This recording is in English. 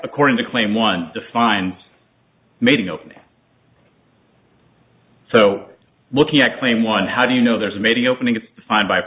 according to claim one defines mating ok so looking at claim one how do you know there's maybe opening to find by